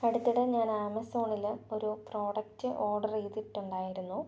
അടുത്തിടെ ഞാൻ ആമസോണിൽ ഒരു പ്രോഡക്റ്റ് ഓഡർ ചെയ്തിട്ടുണ്ടായിരുന്നു